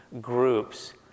groups